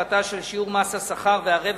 ערך מוסף (שיעור המס על מלכ"רים ומוסדות